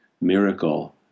Miracle